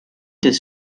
des